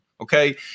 okay